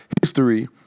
history